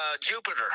jupiter